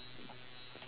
no sure